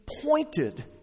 pointed